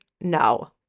no